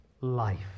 life